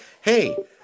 hey